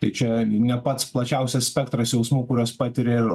tai čia ne pats plačiausias spektras jausmų kuriuos patiria ir